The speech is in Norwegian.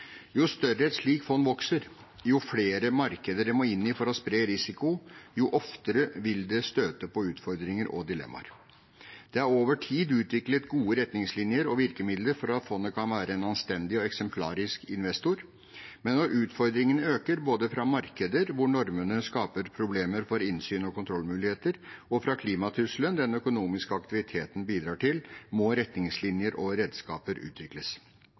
Jo større et slikt fond blir, og jo flere markeder det må inn i for å spre risiko, jo oftere vil det støte på utfordringer og dilemmaer. Det er over tid utviklet gode retningslinjer og virkemidler for at fondet kan være en anstendig og eksemplarisk investor. Men når utfordringene øker, både fra markeder hvor normene skaper problemer for innsyn og kontrollmuligheter, og fra klimatrusselen den økonomiske aktiviteten bidrar til, må retningslinjer og redskaper utvikles.